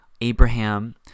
Abraham